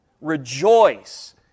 rejoice